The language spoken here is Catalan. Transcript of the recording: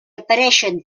apareixen